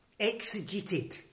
exegeted